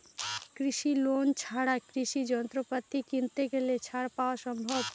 কৃষি লোন ছাড়া কৃষি যন্ত্রপাতি কিনতে গেলে ছাড় পাওয়া সম্ভব?